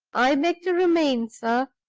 i beg to remain, sir,